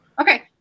Okay